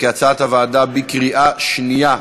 כהצעת הוועדה, בקריאה שנייה.